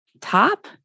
top